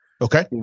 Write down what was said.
Okay